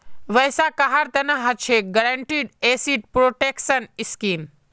वैसा कहार तना हछेक गारंटीड एसेट प्रोटेक्शन स्कीम